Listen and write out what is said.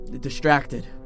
distracted